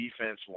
defense